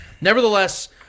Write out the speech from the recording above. nevertheless